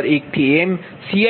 6 છે